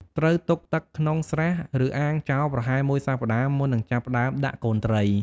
ត្រូវទុកទឹកក្នុងស្រះ ឬអាងចោលប្រហែលមួយសប្តាហ៍ មុននឹងចាប់ផ្តើមដាក់កូនត្រី។